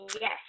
yes